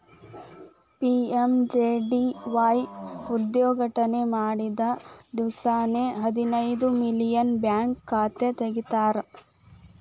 PMJDY ಉದ್ಘಾಟನೆ ಮಾಡಿದ್ದ ದಿವ್ಸಾನೆ ಹದಿನೈದು ಮಿಲಿಯನ್ ಬ್ಯಾಂಕ್ ಖಾತೆ ತೆರದಾರ್